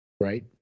right